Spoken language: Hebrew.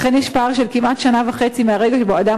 לכן יש פער של כמעט שנה וחצי מהרגע שבו אדם